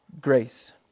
Grace